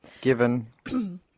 given